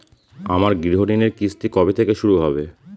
আমার গৃহঋণের কিস্তি কবে থেকে শুরু হবে?